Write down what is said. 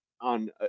on